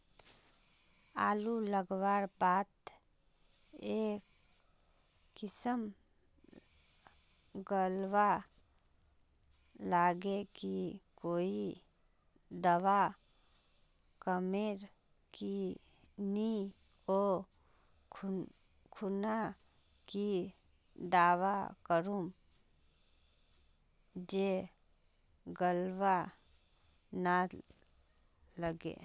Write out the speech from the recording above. आलू लगवार बात ए किसम गलवा लागे की कोई दावा कमेर नि ओ खुना की दावा मारूम जे गलवा ना लागे?